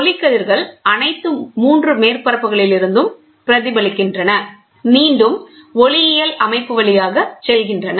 ஒளி கதிர்கள் அனைத்து 3 மேற்பரப்புகளிலிருந்தும் பிரதிபலிக்கின்றன மீண்டும் ஒளியியல் அமைப்பு வழியாக செல்கின்றன